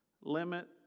limit